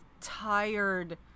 tired